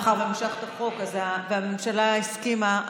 מאחר שמשכת את החוק והממשלה הסכימה,